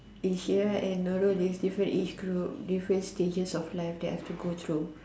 Insyirah and Nurul is different age group different stages of life they have to go through